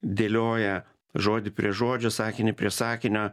dėlioja žodį prie žodžio sakinį prie sakinio